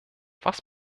was